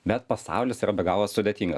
bet pasaulis yra be galo sudėtingas